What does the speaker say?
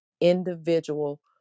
individual